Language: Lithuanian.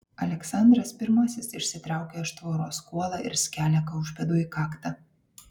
aleksandras pirmasis išsitraukia iš tvoros kuolą ir skelia kaušpėdui į kaktą